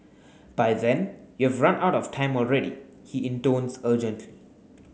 by then you've run out of time already he intones urgently